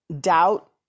doubt